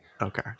Okay